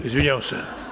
Izvinjavam se.